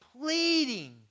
pleading